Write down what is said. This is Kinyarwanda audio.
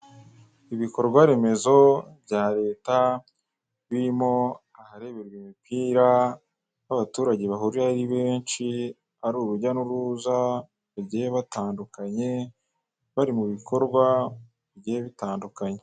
Ibikorwa remezo bya leta, birimo ahareberwa imipira, aho abaturage bahurira ari benshi, ari urujya n'uruza, bagiye batandukanye, bari mu bikorwa bigiye bitandukanye.